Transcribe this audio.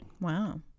Wow